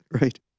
right